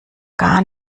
gar